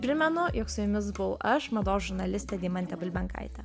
primenu jog su jumis buvau aš mados žurnalistė deimantė bulbenkaitė